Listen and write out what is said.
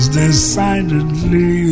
decidedly